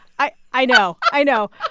i i know. i know.